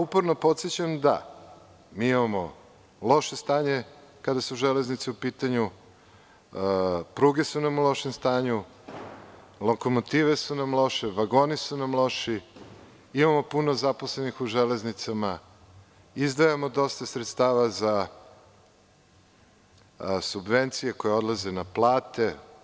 Uporno podsećam da mi imamo loše stanje kada su železnice u pitanju, pruge su nam u lošem stanju, lokomotive su nam loše, vagoni su nam loši, imamo puno zaposlenih u železnicama, izdvajamo dosta sredstava za subvencije koje odlaze na plate, itd.